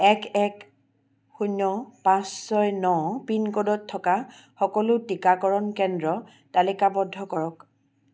এক এক শূন্য পাঁচ ছয় ন পিনক'ডত থকা সকলো টীকাকৰণ কেন্দ্ৰ তালিকাবদ্ধ কৰক